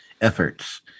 efforts